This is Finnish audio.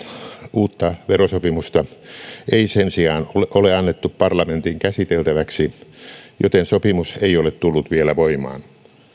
uutta verosopimusta ei sen sijaan ole annettu parlamentin käsiteltäväksi joten sopimus ei ole tullut vielä voimaan